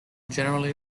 generally